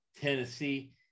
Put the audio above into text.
Tennessee